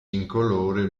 incolore